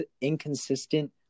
inconsistent